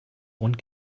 und